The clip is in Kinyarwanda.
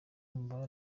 muri